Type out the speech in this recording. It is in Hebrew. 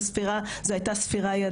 זו הייתה ספירה ידנית.